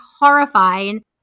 horrifying